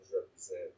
represent